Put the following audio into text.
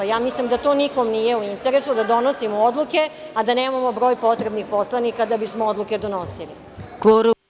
Ja mislim da to nikome nije u interesu da donosimo odluke, a da nemamo broj potrebnih poslanika da bismo odluke donosili.